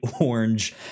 orange